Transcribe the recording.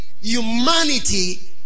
Humanity